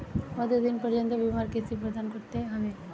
কতো দিন পর্যন্ত বিমার কিস্তি প্রদান করতে হবে?